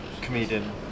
comedian